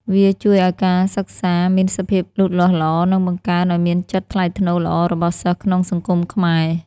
វាជួយឲ្យការសិក្សាមានសភាពលូតលាស់ល្អ និងបង្កើនឱ្យមានចិត្តថ្លៃថ្នូរល្អរបស់សិស្សក្នុងសង្គមខ្មែរ។